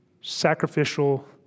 Sacrificial